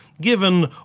given